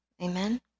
Amen